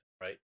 right